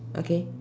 okay